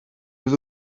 was